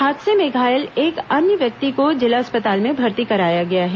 हादसे में घायल एक अन्य व्यक्ति को जिला अस्पताल में भर्ती कराया गया है